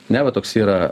ne va toks yra